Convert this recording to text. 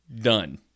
done